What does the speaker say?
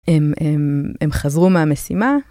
הם חזרו מהמשימה.